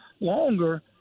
longer